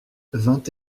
vingt